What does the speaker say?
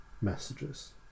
messages